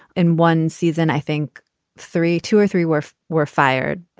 and one season, i think three, two or three were were fired.